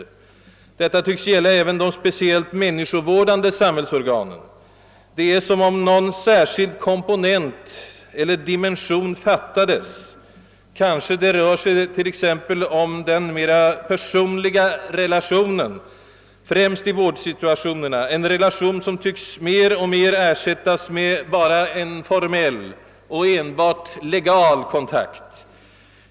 Detta tycks gälla även de speciellt människovårdande samhällsorganen. Det är som om någon särskild komponent eller dimension fattades. Det rör sig kanske om den mera personliga och förstående relationen, främst i vårdsituationerna från människa till människa, ett slags läkande relation, som dock mer och mer tycks ersättas med en enbart formell eller legal kontakt.